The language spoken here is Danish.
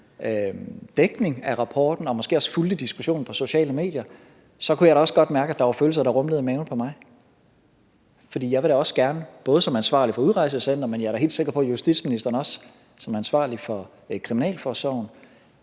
dækning af rapporten og måske også fulgte diskussionen på sociale medier, så kunne jeg da også godt mærke, at der var følelser, der rumlede i maven på mig. For både jeg selv som ansvarlig for udrejsecentrene, men også – er jeg da helt sikker på – justitsministeren som ansvarlig for kriminalforsorgen